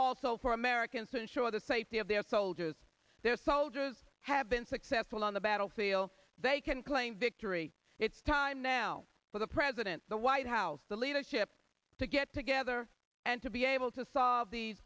also for americans to ensure the safety of their soldiers their soldiers have been successful on the battlefield they can claim victory it's time now for the president the white house the leadership to get together and to be able to solve the